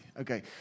Okay